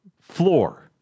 floor